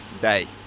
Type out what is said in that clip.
day